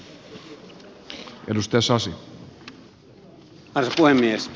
arvoisa puhemies